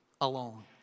alone